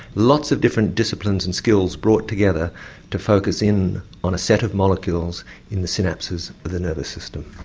lots of different disciplines and skills brought together to focus in on a set of molecules in the synapses of the nervous system.